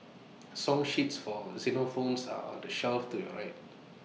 song sheets for xylophones are on the shelf to your right